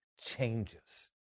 changes